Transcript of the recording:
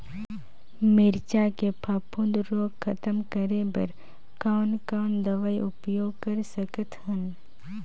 मिरचा के फफूंद रोग खतम करे बर कौन कौन दवई उपयोग कर सकत हन?